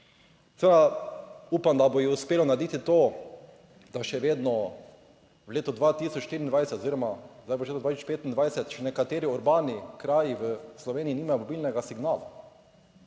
Seveda upam, da bo uspelo narediti to, da še vedno v letu 2024 oziroma zdaj v letu 2025 še nekateri urbani kraji v Sloveniji nimajo mobilnega signala.